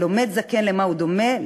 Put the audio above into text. והלומד זקן למה הוא דומה?